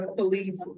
police